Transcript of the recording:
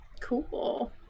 cool